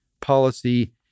policy